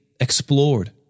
explored